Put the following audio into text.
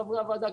חברי הוועדה,